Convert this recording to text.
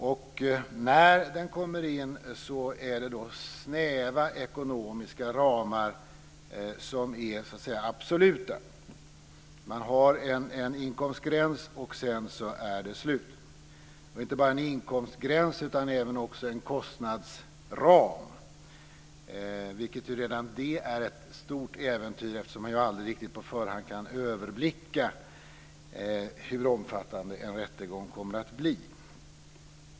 Och när den kommer in är det snäva ekonomiska ramar, som är absoluta. Man har en inkomstgräns, och sedan är det slut. Det är inte bara en inkomstgräns, utan det är också en kostnadsram, vilket redan det är ett stort äventyr, eftersom man på förhand aldrig riktigt kan överblicka hur omfattande en rättegång kommer att bli.